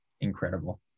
incredible